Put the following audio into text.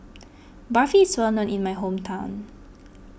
Barfi is well known in my hometown